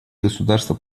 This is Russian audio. государства